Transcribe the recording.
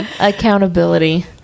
Accountability